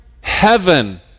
Heaven